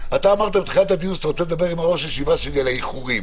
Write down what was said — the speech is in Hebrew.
אתה אמרת שאתה רוצה לדבר עם ראש הישיבה שלי על האיחורים.